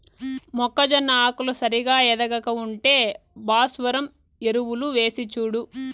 మొక్కజొన్న ఆకులు సరిగా ఎదగక ఉంటే భాస్వరం ఎరువులు వేసిచూడు